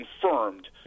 confirmed